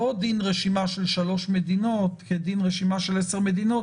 לא דין רשימה של שלוש מדינות כדין רשימה של 10 מדינות,